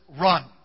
run